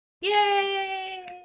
Yay